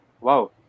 Wow